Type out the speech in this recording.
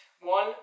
One